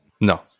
no